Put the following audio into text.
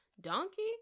Donkey